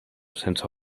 sense